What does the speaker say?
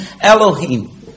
Elohim